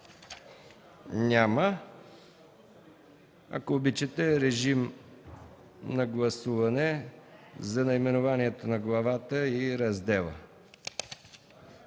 Няма. Ако обичате, режим на гласуване за наименованията на главата и раздела,